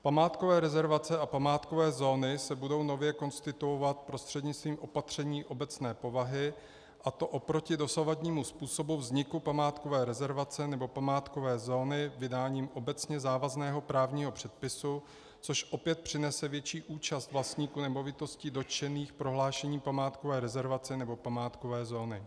Památkové rezervace a památkové zóny se budou nově konstituovat prostřednictvím opatření obecné povahy, a to oproti dosavadnímu způsobu vzniku památkové rezervace nebo památkové zóny vydáním obecně závazného právního předpisu, což opět přinese větší účast vlastníků nemovitostí dotčených prohlášením památkové rezervace nebo památkové zóny.